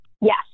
Yes